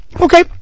Okay